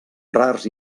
rars